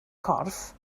corff